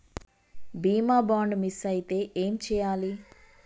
బీమా bond miss అయితే ఏం చేయాలి?